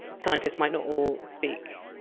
scientists might not all speak